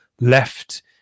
left